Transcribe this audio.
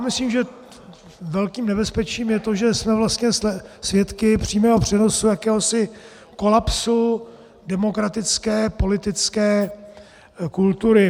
Myslím, že velkým nebezpečím je, že jsme vlastně svědky přímého přenosu jakéhosi kolapsu demokratické politické kultury.